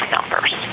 numbers